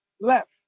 left